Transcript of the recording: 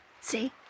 See